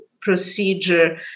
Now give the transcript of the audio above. procedure